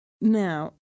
Now